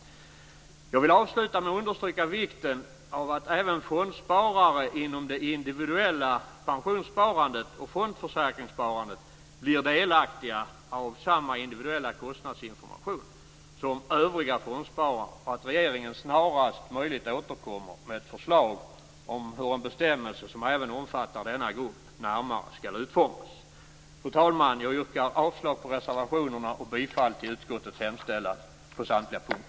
Jag vill avsluta med att understryka vikten av att även fondsparare inom det individuella pensionssparandet och fondförsäkringssparandet blir delaktiga av samma individuella kostnadsinformation som övriga fondsparare och att regeringen snarast möjligt återkommer med ett förslag om hur en bestämmelse som även omfattar denna grupp närmare skall utformas. Fru talman! Jag yrkar avslag på reservationerna och bifall till utskottets hemställan på samtliga punkter.